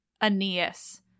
Aeneas